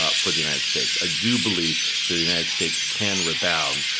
ah for the united states. i do believe the the united states can rebound.